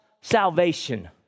salvation